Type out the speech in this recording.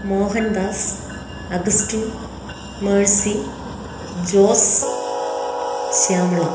Mohandas Augustine Mercy Jose Shyamala